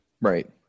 Right